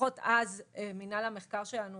לפחות אז, מנהל המחקר שלנו